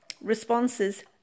responses